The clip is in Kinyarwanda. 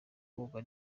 ndumva